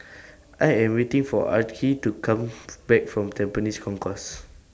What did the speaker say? I Am waiting For Archie to Come Back from Tampines Concourse